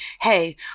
Hey